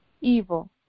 evil